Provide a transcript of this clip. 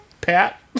Pat